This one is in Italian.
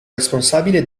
responsabile